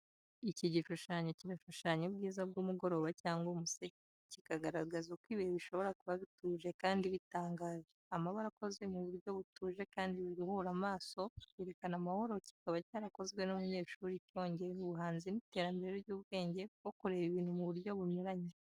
Iki gishushsnyo kirashushanya ubwiza bw’umugoroba cyangwa umuseke, kikagaragaza uko ibihe bishobora kuba bituje kandi bitangaje. Amabara akoze mu buryo butuje kandi buruhura amaso byerekana amahoro kikaba cyarakozwe n'umunyeshuri cyongera ubuhanzi n’iterambere ry’ubwenge bwo kureba ibintu mu buryo bunyuranye.